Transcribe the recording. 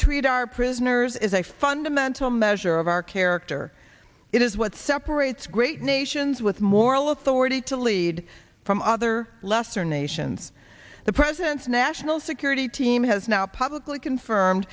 treat our prisoners is a fundamental measure of our character it is what separates great nations with moral authority to lead from other lesser nations the president's national security team has now publicly confirmed